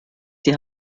die